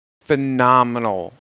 phenomenal